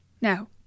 Now